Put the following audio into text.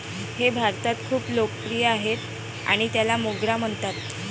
हे भारतात खूप लोकप्रिय आहे आणि त्याला मोगरा म्हणतात